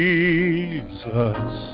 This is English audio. Jesus